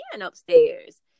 upstairs